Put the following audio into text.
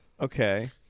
Okay